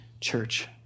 church